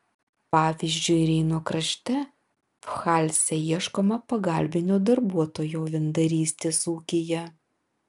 pavyzdžiui reino krašte pfalce ieškoma pagalbinio darbuotojo vyndarystės ūkyje